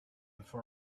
for